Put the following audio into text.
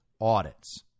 audits